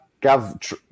Gav